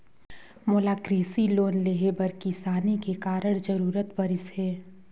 मोला कृसि लोन लेहे बर किसानी के कारण जरूरत परिस हे